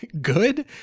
good